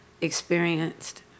experienced